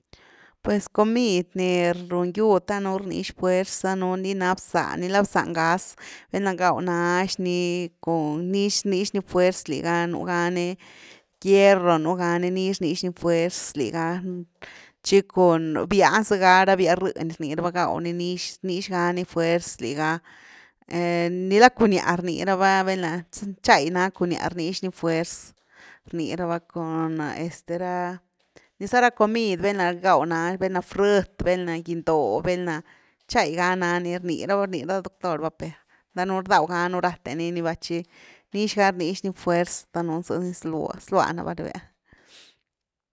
Pues comid ni run giud danunu ni rnix fuerz danunu ni na bzá, nila bzá ngaz velna gaw naxni cun- rnix-rnixni fuerz liga nú gani hierro nú gani ni nix rnixni fuerz liga, tchi cun býa zega, ra bya rënny rnii raba gaw ni rnix gani fuerz liga, nila cuñah rni raba belna tchay na cuñah rnix ni fuerz rni raba cun este ra, niza ra comid velna gaw nax, velna frït, velna giny-doh, velna tchay ga nani rni raba, rni ra doctor va per danunu rdaw ganu rathe niniva tchi nix ga rnix ni fuerz danuun zëny zlua nare va, rebia